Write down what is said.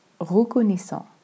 Reconnaissant